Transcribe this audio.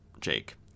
Jake